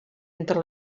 entre